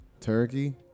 turkey